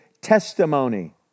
testimony